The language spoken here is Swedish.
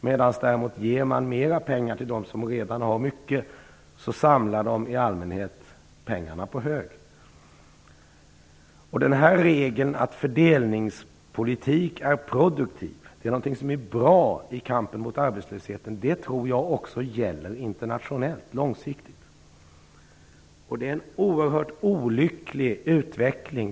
Ger man däremot mer pengar till dem som redan har mycket samlar de i allmänhet pengarna på hög. Regeln att fördelningspolitik är produktivt och bra i kampen mot arbetslösheten tror jag också gäller internationellt och långsiktigt.